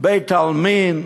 של בית-העלמין,